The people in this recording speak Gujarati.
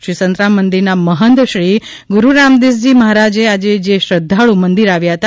શ્રી સંતરામ મંદિરના મહંત શ્રી ગુરુ રામદાસજી મહારાજએ આજે જે શ્રદ્ધાળુ મંદિર આવ્યા હતા